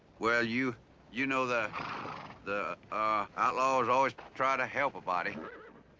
well, you you know the the outlaws always try to help a body.